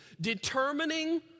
determining